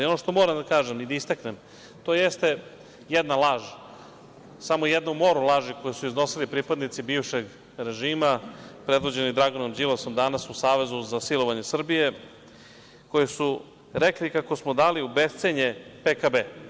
Ono što moram da kažem i da istaknem jeste jedna laž, samo jedna u moru laži koju su iznosili pripadnici bivšeg režima, predvođeni Draganom Đilasom, danas u savezu sa silovanje Srbije koji su rekli kako smo dali u bescenje PKB.